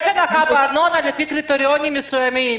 יש הנחה בארנונה לפי קריטריונים מסוימים,